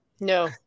No